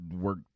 Work